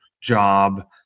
job